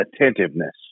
attentiveness